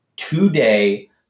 Today